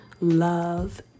love